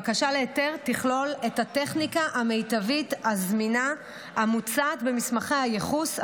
בקשה להיתר תכלול את הטכניקה המיטבית הזמינה המוצעת במסמכי הייחוס,